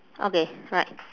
okay right